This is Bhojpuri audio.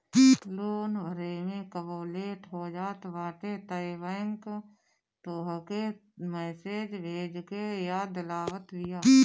लोन भरे में कबो लेट हो जात बाटे तअ बैंक तोहके मैसेज भेज के याद दिलावत बिया